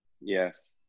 Yes